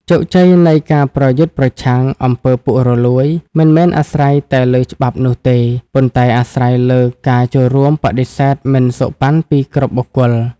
ជោគជ័យនៃការប្រយុទ្ធប្រឆាំង អំពើពុករលួយ មិនមែនអាស្រ័យតែលើច្បាប់នោះទេ ប៉ុន្តែអាស្រ័យលើការចូលរួមបដិសេធមិនសូកប៉ាន់ពីគ្រប់បុគ្គល។